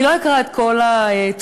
אני לא אקרא את כל התפילה,